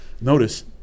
Notice